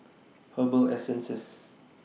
Herbal Essences